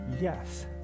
yes